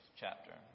chapter